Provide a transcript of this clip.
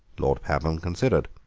lord pabham considered.